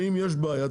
שאם יש בעיה,